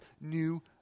new